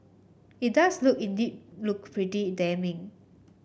it does look indeed look pretty damning